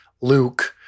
luke